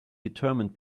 determined